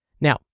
Now